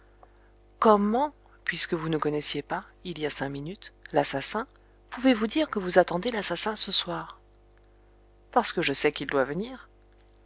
comment puisque vous ne connaissiez pas il y a cinq minutes l'assassin pouvez-vous dire que vous attendez l'assassin ce soir parce que je sais qu'il doit venir